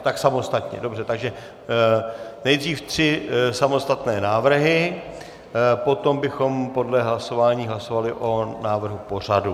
Tak samostatně, dobře, takže nejdříve tři samostatné návrhy, potom bychom podle hlasování hlasovali o návrhu pořadu.